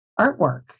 artwork